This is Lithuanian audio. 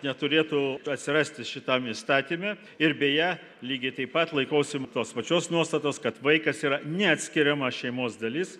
neturėtų atsirasti šitam įstatyme ir beje lygiai taip pat laikausi tos pačios nuostatos kad vaikas yra neatskiriama šeimos dalis